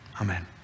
Amen